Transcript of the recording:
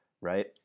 right